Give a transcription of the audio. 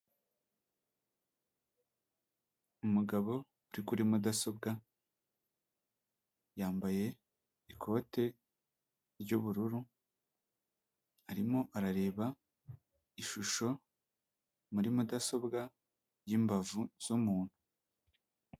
Umugabo uri kuri mudasobwa, yambaye ikote ry'ubururu, arimo arareba ishusho muri mudasobwa y'imbavu z'umuntu.